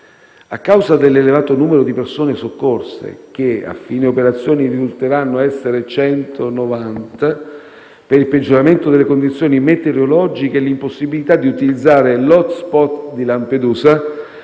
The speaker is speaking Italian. A causa dell'elevato numero di persone soccorse, che a fine operazione risulteranno essere 190, per il peggioramento delle condizioni meteorologiche e l'impossibilità di utilizzare l'*hotspot* di Lampedusa,